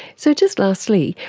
so just lastly,